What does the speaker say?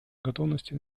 готовности